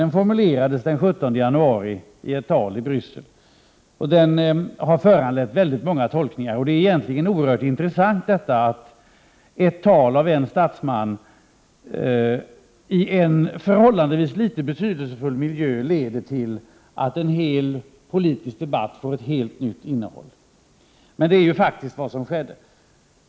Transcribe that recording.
Den formulerades den 17 januari i ett tal i Bryssel och har föranlett många tolkningar. Det är egentligen oerhört intressant att ett tal av en statsman i en förhållandevis litet betydelsefull miljö leder till att en hel politisk debatt får ett helt nytt innehåll. Det är ju vad som skedde.